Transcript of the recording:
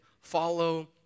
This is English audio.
follow